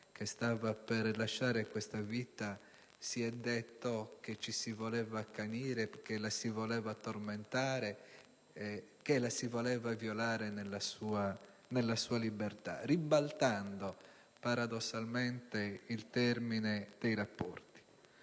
che stava per lasciare questa vita, si è detto che ci si voleva accanire, che la si voleva tormentare, che la si voleva violare nella sua libertà, ribaltando paradossalmente il termine dei rapporti.